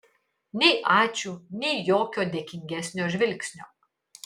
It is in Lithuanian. nei ačiū nei jokio dėkingesnio žvilgsnio